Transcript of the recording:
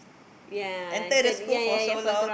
enter the school for so long